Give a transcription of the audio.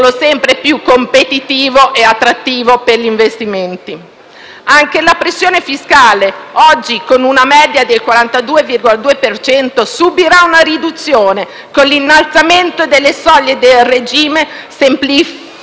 Anche la pressione fiscale, oggi con una media del 42,2 per cento, subirà una riduzione con l'innalzamento delle soglie del regime semplificato per imprese, professionisti e artigiani.